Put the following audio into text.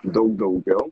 daug daugiau